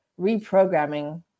reprogramming